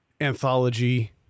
anthology